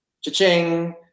cha-ching